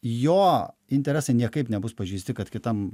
jo interesai niekaip nebus pažeisti kad kitam